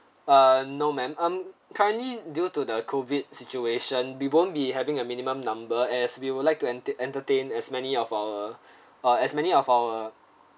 uh no ma'am um currently due to the COVID situation we won't be having a minimum number as we would like to enter entertained as many of our ah as many of our